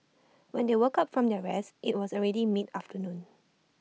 when they woke up from their rest IT was already mid afternoon